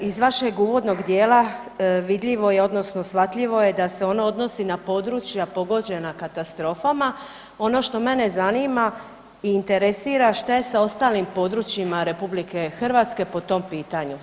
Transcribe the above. Iz vašeg uvodnog djela, vidljivo je odnosno shvatljivo je da se ono odnosi na područja pogođena katastrofama, ono što mene zanima i interesira, što je sa ostalim područjima RH po tom pitanju?